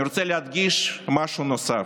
אני רוצה להדגיש משהו נוסף: